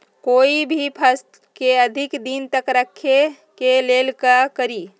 कोई भी फल के अधिक दिन तक रखे के लेल का करी?